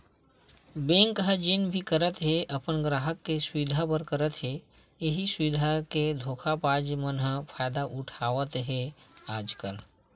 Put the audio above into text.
bank ह जेन भी करत हे अपन गराहक के सुबिधा बर करत हे, इहीं सुबिधा के धोखेबाज मन ह फायदा उठावत हे आजकल